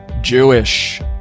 Jewish